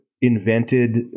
invented